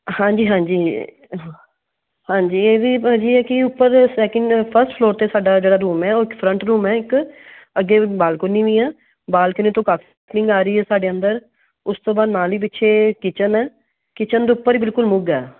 ਹਾਂਜੀ ਹਾਂਜੀ ਹਾਂ ਹਾਂਜੀ ਇਹਦੀ ਭਾਅ ਜੀ ਹੈ ਕਿ ਉੱਪਰ ਸੈਕਿੰਡ ਫਸਟ ਫਲੋਰ 'ਤੇ ਸਾਡਾ ਜਿਹੜਾ ਰੂਮ ਹੈ ਉਹ ਇੱਕ ਫਰੰਟ ਰੂਮ ਹੈ ਇੱਕ ਅੱਗੇ ਬਾਲਕੋਨੀ ਵੀ ਹੈ ਬਾਲਕੋਨੀ ਤੋਂ ਆ ਰਹੀ ਹੈ ਸਾਡੇ ਅੰਦਰ ਉਸ ਤੋਂ ਬਾਅਦ ਨਾਲ ਹੀ ਪਿੱਛੇ ਕਿਚਨ ਹੈ ਕਿਚਨ ਦੇ ਉੱਪਰ ਵੀ ਬਿਲਕੁਲ ਮੁੱਗ ਹੈ